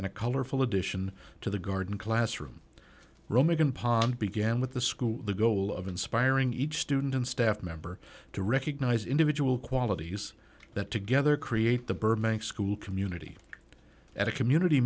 in a colorful addition to the garden classroom roman pond began with the school the goal of inspiring each student and staff member to recognize individual qualities that together create the burbank school community at a community